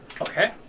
Okay